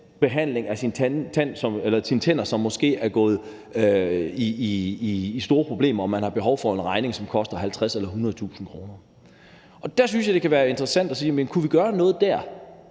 behandling af sine tænder, som man måske har fået store problemer med, og hvor man har behov for en behandling, som koster 50.000-100.000 kr. Og der synes jeg, at det kunne være interessant at se på, om vi kunne gøre noget for